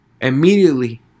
immediately